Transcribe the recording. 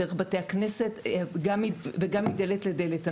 באמצעות בתי הכנסת וגם מדלת לדלת.